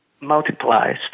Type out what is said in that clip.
multiplies